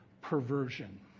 perversion